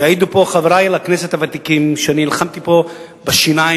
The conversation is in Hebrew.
יעידו פה חברי לכנסת הוותיקים שאני נלחמתי פה בשיניים